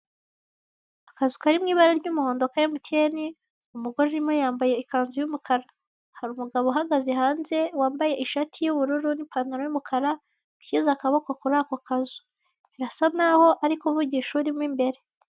Akazu kari mw'ibara ry'umuhondo ka MTN umugore urimo yambaye ikanzu y'umukara, hari umugabo uhagaze hanze wambaye ishati y'ubururu n'ipantaro y'umukara ushyize akaboko kuri ako kazu, birasa naho ari kuvugisha urimo imbere.